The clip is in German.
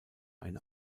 eine